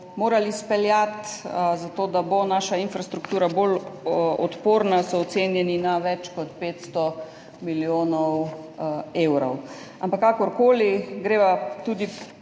morali izpeljati za to, da bo naša infrastruktura bolj odporna, so ocenjeni na več kot 500 milijonov evrov. Ampak kakorkoli, greva tudi